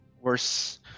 Worse